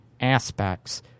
aspects